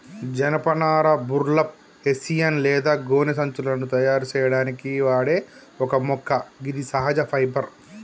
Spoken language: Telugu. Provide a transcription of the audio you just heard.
జనపనార బుర్లప్, హెస్సియన్ లేదా గోనె సంచులను తయారు సేయడానికి వాడే ఒక మొక్క గిది సహజ ఫైబర్